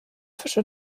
fische